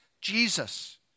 Jesus